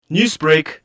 Newsbreak